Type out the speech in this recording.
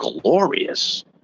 glorious